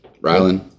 Rylan